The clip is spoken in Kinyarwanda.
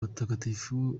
abatagatifu